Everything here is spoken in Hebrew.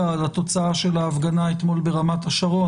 על התוצאה של ההפגנה אתמול ברמת השרון.